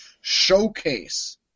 showcase